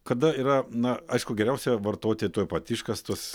kada yra na aišku geriausia vartoti tuoj pat iškastus